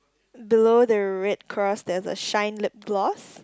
below the red cross there's a shine lip gloss